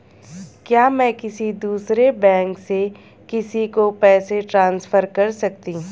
क्या मैं किसी दूसरे बैंक से किसी को पैसे ट्रांसफर कर सकती हूँ?